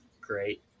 great